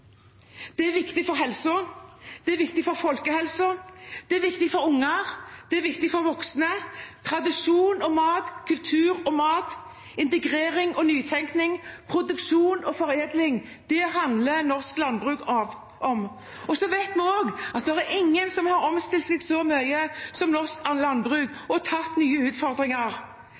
Det er viktig for helsa, det er viktig for folkehelsa, det er viktig for unger, og det er viktig for voksne. Tradisjon og mat, kultur og mat, integrering og nytenkning, produksjon og foredling – det handler norsk landbruk om. Vi vet også at det er ingen som har omstilt seg så mye som norsk landbruk og tatt nye utfordringer.